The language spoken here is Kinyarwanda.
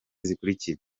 zikurikira